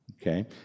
okay